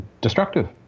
destructive